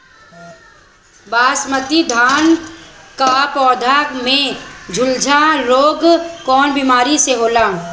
बासमती धान क पौधा में झुलसा रोग कौन बिमारी से होला?